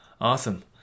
Awesome